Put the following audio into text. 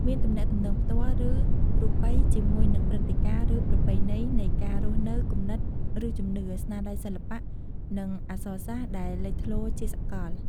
មានទំនាក់ទំនងផ្ទាល់ ឬរូបិយជាមួយនឹងព្រិត្តិការណ៍ ឬប្រពៃណីនៃការរស់នៅ គំនិត ឬជំនឿ ស្នាដៃសិល្បៈ និងអក្សរសាស្រ្តដែលលេចធ្លោជាសកល។